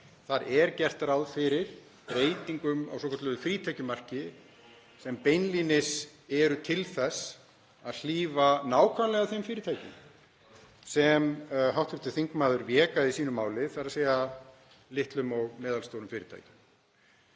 þar er gert ráð fyrir breytingum á svokölluðu frítekjumarki sem beinlínis er til þess að hlífa nákvæmlega þeim fyrirtækjum sem hv. þingmaður vék að í sínu máli, þ.e. litlum og meðalstórum fyrirtækjum.